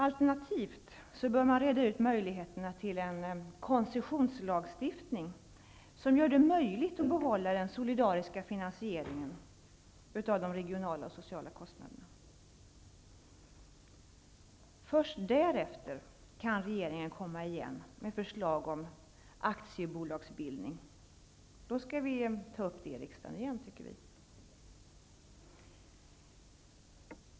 Alternativt bör man utreda möjligheterna till en koncessionslagstiftning, som gör det möjligt att behålla den solidariska finansieringen av de regionala och sociala kostnaderna. Först därefter kan regeringen komma igen med förslag om aktiebolagsbildning. Då skall vi ta upp det i riksdagen igen, tycker vi.